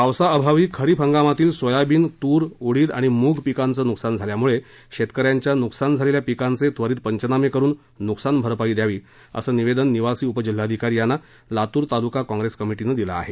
पावसा अभावी खरिप हंगामातील सोयाबीन तूर उडीद आणि मुग पीकांचे नुकसान झाल्यामुळे शेतकऱ्यांच्या नुकसान झालेल्या पीकांचे त्वरीत पंचनामे करून नुकसान भरपाई द्यावी असं निवेदन निवासी उपजिल्हाधिकारी यांना लातूर तालूका काँप्रेस कमीटीनं दिलं आहे